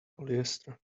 polyester